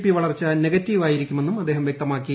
P വളർച്ച negative ആയിരിക്കുമെന്നും അദ്ദേഹം വ്യക്തമാക്കി